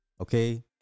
okay